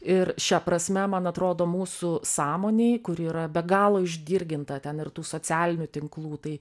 ir šia prasme man atrodo mūsų sąmonei kuri yra be galo išdirginta ten ir tų socialinių tinklų tai